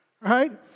right